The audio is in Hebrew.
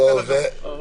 בסדר גמור.